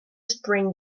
spring